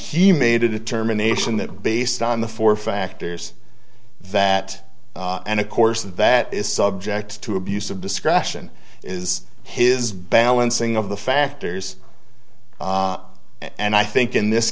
he made a determination that based on the four factors that and of course that is subject to abuse of discretion is his balancing of the factors and i think in this